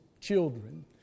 children